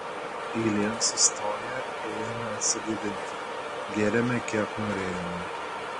eilėn sustoję ėjome atsigaivinti gėrėme kiek norėjome